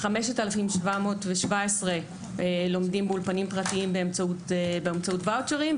5,717 לומדים באולפנים פרטיים באמצעות ואוצ'רים,